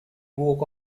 walk